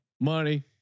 money